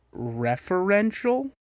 referential